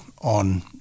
on